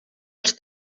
els